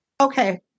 Okay